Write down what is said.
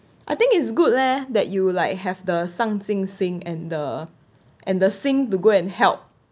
I think it's good leh that you like have the 上進心 and the and the 心 to go and help